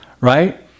right